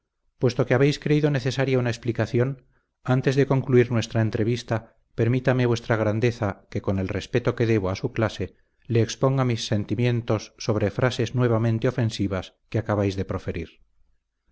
puesto que habéis creído necesaria una explicación antes de concluir nuestra entrevista permítame vuestra grandeza que con el respeto que debo a su clase le exponga mis sentimientos sobre frases nuevamente ofensivas que acabáis de proferir